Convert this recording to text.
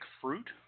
fruit